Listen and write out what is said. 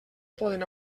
poden